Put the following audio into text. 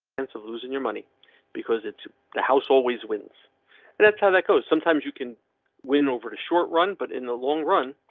sense of losing your money because it's the house always wins and that's how that goes. sometimes you can win over the short run, but in the long run.